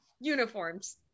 uniforms